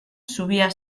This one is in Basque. zubia